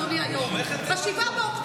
היא פרסמה את זה ב-7 באוקטובר.